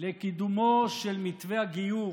לקידומו של מתווה הגיור